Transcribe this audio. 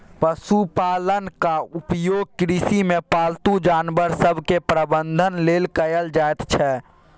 पशुपालनक उपयोग कृषिमे पालतू जानवर सभक प्रबंधन लेल कएल जाइत छै